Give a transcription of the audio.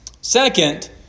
Second